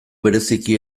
bereziki